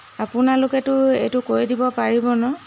আপোনালোকেতো এইটো কৰি দিব পাৰিব ন